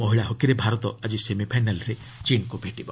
ମହିଳା ହକିରେ ଭାରତ ଆଜି ସେମିଫାଇନାଲ୍ରେ ଚୀନ୍କୁ ଭେଟିବ